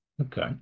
Okay